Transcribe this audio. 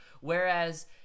whereas